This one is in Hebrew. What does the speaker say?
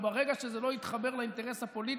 וברגע שזה לא התחבר לאינטרס הפוליטי,